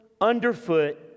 underfoot